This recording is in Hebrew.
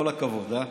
כל הכבוד, אה?